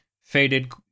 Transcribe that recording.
faded